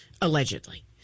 allegedly